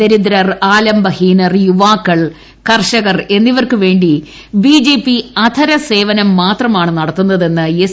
ദരിദ്രർ ആലംബഹീനർ യുവാക്കൾ കർഷകർ എന്നിവർക്ക് വേണ്ടി ബിജെപി അധരസേവനം മാത്രമാണ് നടത്തുന്നതെന്ന് എസ്